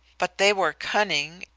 but they were cunning,